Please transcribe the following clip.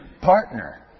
partner